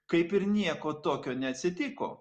kaip ir nieko tokio neatsitiko